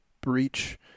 breach